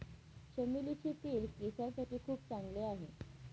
चमेलीचे तेल केसांसाठी खूप चांगला आहे